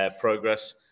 Progress